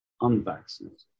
unvaccinated